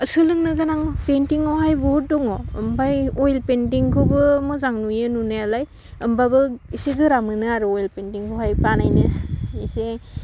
ओह सोलोंनो गोनां पेइनथिं आवहाय बुहुत दङ ओमफाय अयेल पेइनथिंखौबो मोजां नुयो नुनायालाय होमबाबो एसे गोरान मोनो आरो अयेल पेइनथिं खौहाय बानायनो एसे